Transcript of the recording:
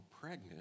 pregnant